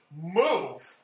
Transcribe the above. move